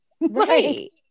Right